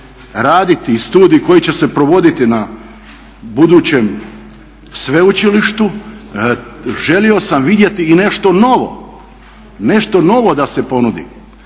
raditi i studiji koji će se provoditi na budućem sveučilištu želio sam vidjeti i nešto novo, nešto novo da se ponudi,